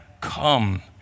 come